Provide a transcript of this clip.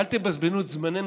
אל תבזבזו את זמננו,